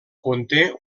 conté